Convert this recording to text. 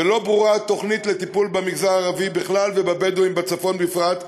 לא ברורה התוכנית לטיפול במגזר הערבי בכלל ובבדואים בצפון בפרט,